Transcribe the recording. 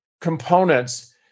components